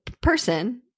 person